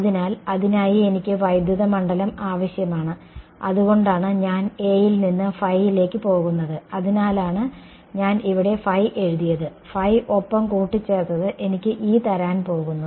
അതിനാൽ അതിനായി എനിക്ക് വൈദ്യുത മണ്ഡലം ആവശ്യമാണ് അതുകൊണ്ടാണ് ഞാൻ A യിൽ നിന്ന് ലേക്ക് പോകുന്നത് അതിനാലാണ് ഞാൻ ഇവിടെ എഴുതിയത് ഒപ്പം കൂട്ടിച്ചേർത്തത് എനിക്ക് E തരാൻ പോകുന്നു